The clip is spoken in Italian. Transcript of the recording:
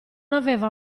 aveva